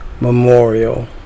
memorial